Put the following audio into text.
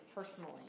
Personally